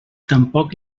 tampoc